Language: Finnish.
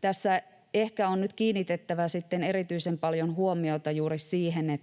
tässä ehkä on nyt kiinnitettävä sitten erityisen paljon huomiota juuri siihen,